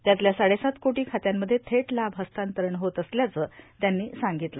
त्यातल्या साडेसात कोटी खात्यांमध्ये थेट लाभ हस्तांतरण होत असल्याचं त्यांनी सांगितलं